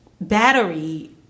battery